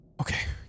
Okay